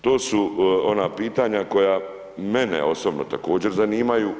To su ona pitanja koja mene osobno također zanimaju.